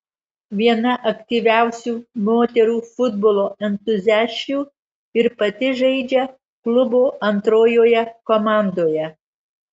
viena aktyviausių moterų futbolo entuziasčių ir pati žaidžia klubo antrojoje komandoje